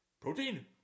protein